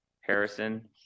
Harrison